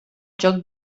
joc